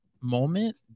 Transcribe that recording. moment